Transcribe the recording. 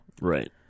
Right